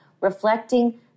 reflecting